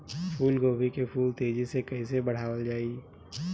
फूल गोभी के फूल तेजी से कइसे बढ़ावल जाई?